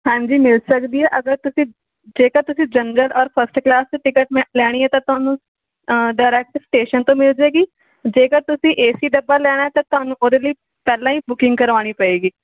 ਹਾਂਜੀ ਮਿਲ ਸਕਦੀ ਹੈ ਅਗਰ ਤੁਸੀਂ ਜੇ ਤਾਂ ਤੁਸੀਂ ਜਰਨਲ ਔਰ ਫਸਟ ਕਲਾਸ 'ਚ ਟਿਕਟ ਮੈਂ ਲੈਣੀ ਹੈ ਤਾਂ ਤੁਹਾਨੂੰ ਡਰੈਕਟ ਸਟੇਸ਼ਨ ਤੋਂ ਮਿਲ ਜੇਗੀ ਜੇਕਰ ਤੁਸੀਂ ਏਸੀ ਡੱਬਾ ਲੈਣਾ ਤਾਂ ਤੁਹਾਨੂੰ ਉਹਦੇ ਲਈ ਪਹਿਲਾਂ ਹੀ ਬੁਕਿੰਗ ਕਰਾਉਣੀ ਪਏਗੀ